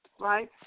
right